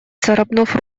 царапнув